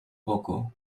poco